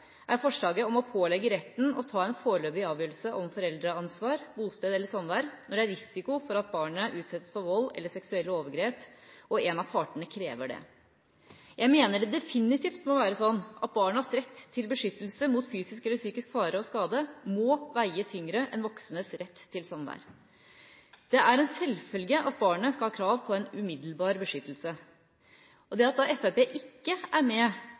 er forslaget om å pålegge retten å ta en foreløpig avgjørelse om foreldreansvar, bosted eller samvær når det er risiko for at barnet utsettes for vold eller seksuelle overgrep og en av partene krever det. Jeg mener det definitivt må være sånn at barnas rett til beskyttelse mot fysisk eller psykisk fare og skade må veie tyngre enn voksnes rett til samvær. Det er en selvfølge at barnet skal ha krav på umiddelbar beskyttelse. At Fremskrittspartiet ikke mener at